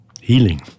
healing